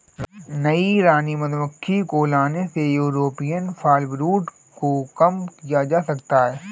नई रानी मधुमक्खी को लाने से यूरोपियन फॉलब्रूड को कम किया जा सकता है